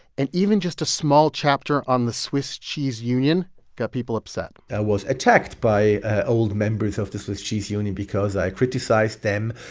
and even just a small chapter on the swiss cheese union got people upset and was attacked by ah old members of the swiss cheese union because i criticized them.